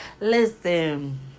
listen